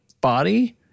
body